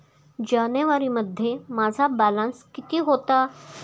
जानेवारीमध्ये माझा बॅलन्स किती होता?